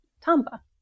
tamba